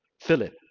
Philip